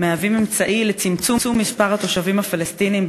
מהווים אמצעי לצמצום מספר התושבים הפלסטינים,